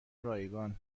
رایگان